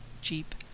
jeep